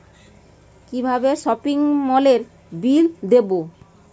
কিভাবে সপিং মলের বিল দেবো?